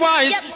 Wise